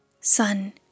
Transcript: Sun